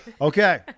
Okay